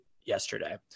yesterday